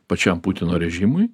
pačiam putino režimui